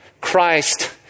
Christ